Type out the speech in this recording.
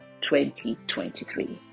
2023